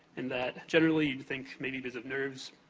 in that generally, you'd think, maybe because of nerves,